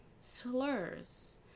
slurs